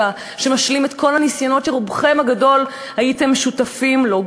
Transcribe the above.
שמשלים את כל הניסיונות שרובכם הגדול היו שותפים להם,